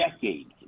decades